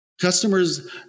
customers